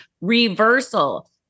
reversal